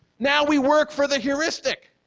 now we work for the heuristic.